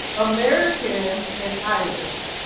american, and irish.